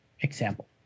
example